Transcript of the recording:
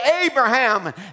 Abraham